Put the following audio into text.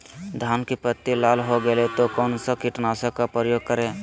धान की पत्ती लाल हो गए तो कौन सा कीटनाशक का प्रयोग करें?